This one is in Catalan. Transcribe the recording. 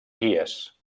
guies